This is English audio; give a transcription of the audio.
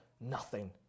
nothing